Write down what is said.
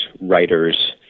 writers